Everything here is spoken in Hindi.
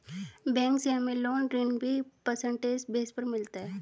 बैंक से हमे लोन ऋण भी परसेंटेज बेस पर मिलता है